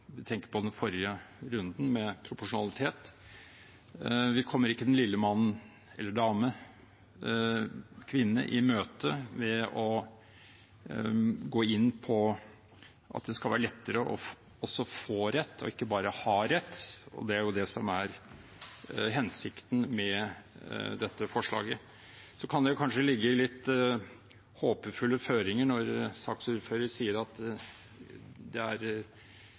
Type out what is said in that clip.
vi tenker på den forrige runden – med proporsjonalitet. Vi kommer heller ikke den lille mann eller kvinne i møte ved å gå inn på at det skal være lettere også å få rett, ikke bare å ha rett. Og det er jo det som er hensikten med dette forslaget. Det kan kanskje ligge litt håpefulle føringer når saksordføreren sier at det er